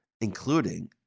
including